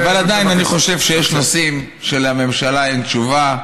אבל אני עדיין חושב שיש נושאים שלממשלה אין תשובה,